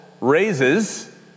raises